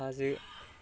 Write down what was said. हाजो